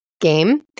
game